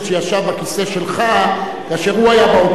בכיסא שלך כאשר הוא היה באופוזיציה.